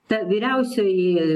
ta vyriausioji